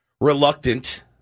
reluctant